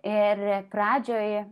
ir pradžioj